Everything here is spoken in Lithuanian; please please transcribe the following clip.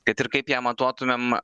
kad ir kaip ją matuotumėm